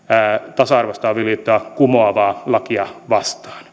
tasa arvoista avioliittoa kumoavaa lakia vastaan